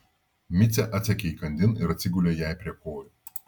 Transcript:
micė atsekė įkandin ir atsigulė jai prie kojų